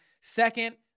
Second